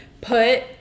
put